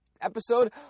episode